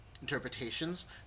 interpretations